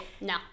No